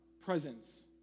presence